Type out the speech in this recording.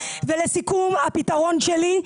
לסיכום, הפתרון שלי,